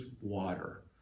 water